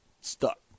Stuck